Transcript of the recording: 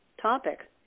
topic